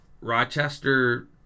Rochester